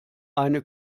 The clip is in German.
eine